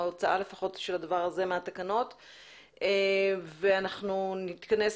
ההוצאה של הדבר הזה מהתקנות ואנחנו נתכנס